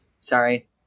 Sorry